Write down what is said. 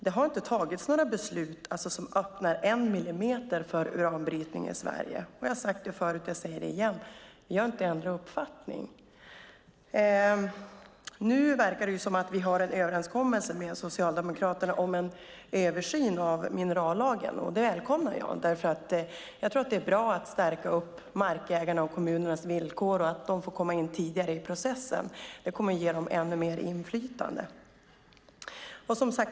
Det har inte fattats några beslut som öppnar en enda millimeter för uranbrytning i Sverige. Jag har sagt det förut, och jag säger det igen: Vi har inte ändrat uppfattning. Nu verkar det som att vi har en överenskommelse med Socialdemokraterna om en översyn av minerallagen. Det välkomnar jag. Jag tror att det är bra att stärka markägarnas och kommunernas villkor och att de får komma in tidigare i processen. Det kommer att ge dem ännu mer inflytande.